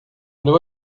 know